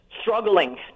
struggling